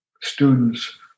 students